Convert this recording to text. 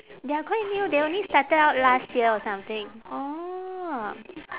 they are quite new they only started out last year or something orh